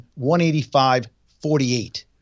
185.48